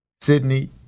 Sydney